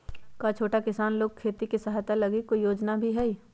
का छोटा किसान लोग के खेती सहायता के लगी कोई योजना भी हई?